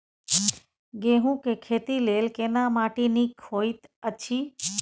गेहूँ के खेती लेल केना माटी नीक होयत अछि?